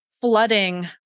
flooding